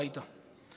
הביתה.